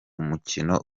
mukino